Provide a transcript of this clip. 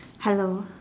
hello